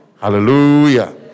Hallelujah